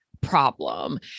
problem